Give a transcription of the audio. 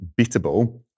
beatable